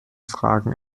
fragen